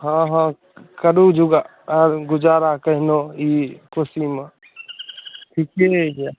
हँ हँ करू जोगार गुजारा कहुना ई कोशीमे ठीके यए